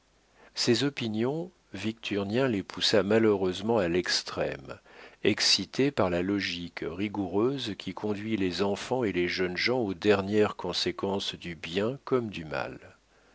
ces opinions victurnien les poussa malheureusement à l'extrême excité par la logique rigoureuse qui conduit les enfants et les jeunes gens aux dernières conséquences du bien comme du mal